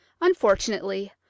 Unfortunately